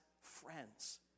friends